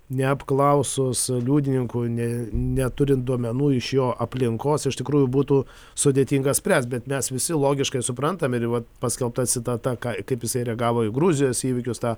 neapklausus liudininkų ne neturint duomenų iš jo aplinkos iš tikrųjų būtų sudėtinga spręst bet mes visi logiškai suprantam ir va paskelbta citata ką kaip jisai reagavo į gruzijos įvykius tą